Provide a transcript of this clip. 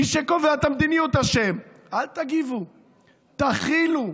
מי שקובע את המדיניות אשם: אל תגיבו, תכילו,